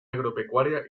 agropecuaria